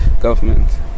government